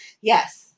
Yes